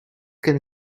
can